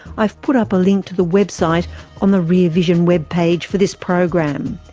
i've put up a link to the website on the rear vision webpage for this program.